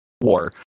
War